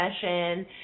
session